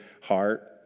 heart